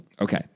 Okay